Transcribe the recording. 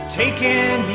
taken